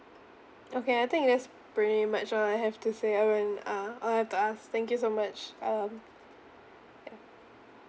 okay I think that's pretty much all I have to say I mean uh all I have to ask thank you so much um ya